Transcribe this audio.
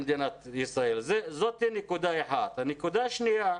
נקודה שנייה,